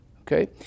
Okay